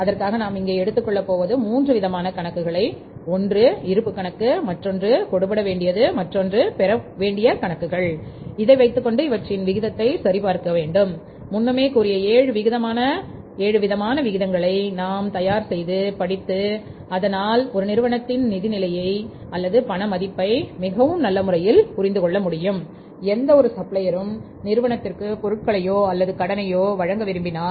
அதற்காக நாம் இங்கே எடுத்துக் கொள்ளப் போவது மூன்று விதமான கணக்குகளை ஒன்று இருப்புக் கணக்கு மற்றொன்று கொடு படவேண்டியது மற்றொன்று பெறவேண்டிய கணக்குகள் இதை வைத்துக்கொண்டு இவற்றின் விகிதத்தை சரி பார்க்கையில் முன்னமே கூறிய ஏழு விதமான விகிதங்களை நாம் தயார் செய்து படித்தால் ஒரு நிறுவனத்தின் நிதி நிலையை அல்லது பண மதிப்பை மிகவும் நல்ல முறையில் புரிந்து கொள்ள முடியும் எந்தவொரு சப்ளையரும் நிறுவனத்திற்கு பொருட்களையோ அல்லது கடனையோ வழங்க விரும்பினால்